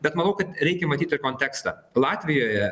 bet manau kad reikia matyt ir kontekstą latvijoje